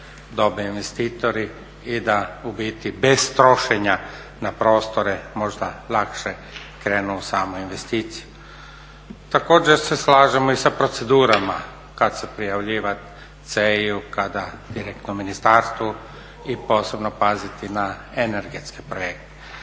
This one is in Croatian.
dobiju investitori i da u biti bez trošenja na prostore možda lakše krenu u samu investiciju. Također se slažemo i sa procedurama kada se prijavljiva CEI-u, kada direktno Ministarstvu i posebno paziti na energetske projekte.